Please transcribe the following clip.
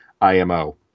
IMO